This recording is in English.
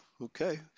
Okay